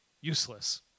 useless